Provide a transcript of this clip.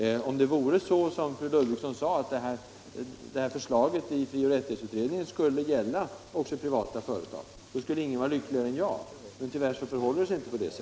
Om det vore som fru Ludvigsson säger, att utredningens förslag skall gälla även privata företag, skulle ingen vara lyckligare än jag, men tyvärr förhåller det sig inte så.